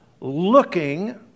Looking